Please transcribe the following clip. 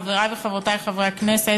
חברי וחברותי חברי הכנסת,